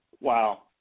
Wow